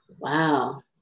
Wow